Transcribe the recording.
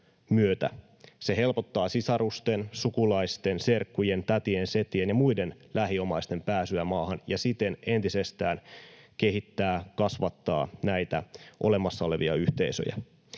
Se helpottaa sisarusten, sukulaisten, serkkujen, tätien, setien ja muiden lähiomaisten pääsyä maahan ja siten entisestään kehittää, kasvattaa näitä olemassa olevia yhteisöjä.